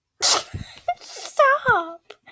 stop